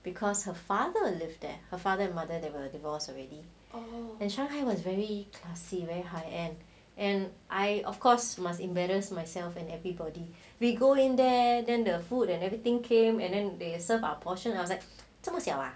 because her father lived there her father and mother they were divorced already and shanghai was very classy very high end and I of course must embarrass myself and everybody we go in there then the food and everything came and then they serve our portion I was like 这么小 ah